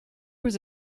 was